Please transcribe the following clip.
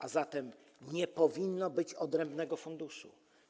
A zatem nie powinno być odrębnego funduszu.